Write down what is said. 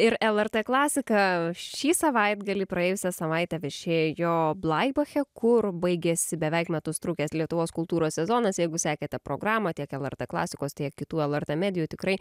ir lrt klasika šį savaitgalį praėjusią savaitę viešėjo blaibache kur baigėsi beveik metus trukęs lietuvos kultūros sezonas jeigu sekė tą programą tiek lrt klasikos tiek kitų lrt medijų tikrai